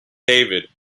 david